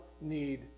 need